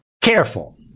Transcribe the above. careful